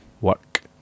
Work